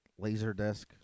LaserDisc